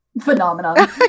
phenomenon